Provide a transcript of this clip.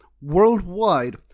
worldwide